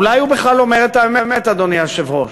אולי הוא בכלל אומר את האמת, אדוני היושב-ראש.